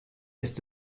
ist